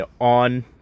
on